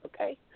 okay